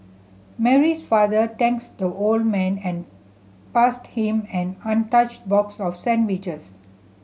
Mary's father thanks the old man and passed him an untouched box of sandwiches